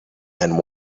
and